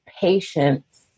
patience